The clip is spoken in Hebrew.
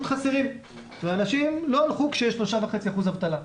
חסרים ואנשים לא הלכו כשיש 3.5% אבטלה.